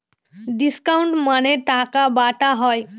discount মানে টাকা বাটা হয়